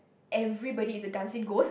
everybody is a dancing ghost